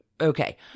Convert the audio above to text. okay